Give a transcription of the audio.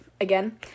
again